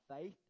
faith